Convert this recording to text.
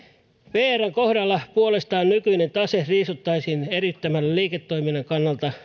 vrn kohdalla puolestaan nykyinen tase riisuttaisiin eriyttämällä liiketoiminnan kannalta